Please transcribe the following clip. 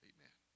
Amen